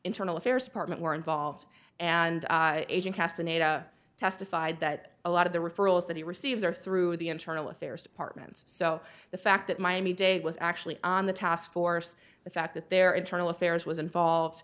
internal affairs department were involved and agent gaston ada testified that a lot of the referrals that he receives are through the internal affairs department so the fact that miami dade was actually on the task force the fact that their internal affairs was involved